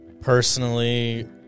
Personally